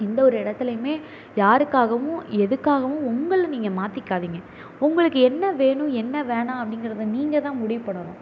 எந்தவொரு இடத்துலயுமே யாருக்காகவும் எதுக்காகவும் உங்களை நீங்கள் மாற்றிக்காதீங்க உங்களுக்கு என்ன வேணும் என்ன வேணாம் அப்படிங்கிறத நீங்கள் தான் முடிவு பண்ணணும்